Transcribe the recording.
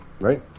right